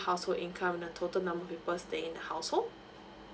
household income and the total number of people staying in the household